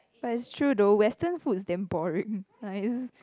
but it is true though western food is damn boring